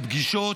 לפגישות,